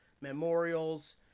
memorials